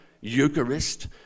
Eucharist